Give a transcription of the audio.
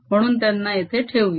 म्हणून त्यांना येथे ठेऊया